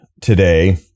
today